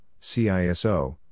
CISO